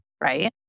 Right